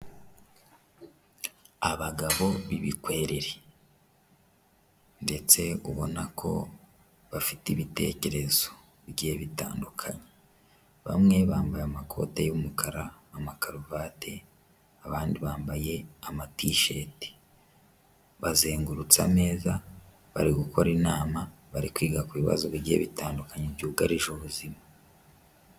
Abagabo b'ibikwerere ndetse ubona ko bafite ibitekerezo bigiye bitandukanye, bamwe bambaye amakote y'umukara, amakaruvati, abandi bambaye amatisheti, bazengutsa ameza bari gukora inama, bari kwiga ku bibazo bigiye bitandukanye byugarije ubuzima.